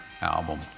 album